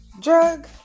drug